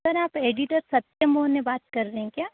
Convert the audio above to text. sir आप editor Satyam मोहने बात कर रहे हैं क्या